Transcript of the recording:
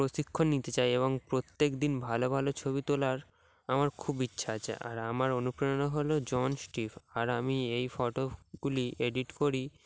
প্রশিক্ষণ নিতে চাই এবং প্রত্যেক দিন ভালো ভালো ছবি তোলার আমার খুব ইচ্ছা আছে আর আমার অনুপ্রেরণা হলো জন স্টিফ আর আমি এই ফটোগুলি এডিট করি